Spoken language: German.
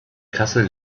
kassel